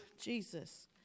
Jesus